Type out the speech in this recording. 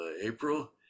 April